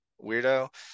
weirdo